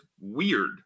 weird